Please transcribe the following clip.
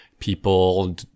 people